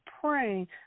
praying